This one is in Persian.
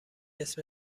اسم